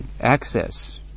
access